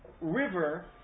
river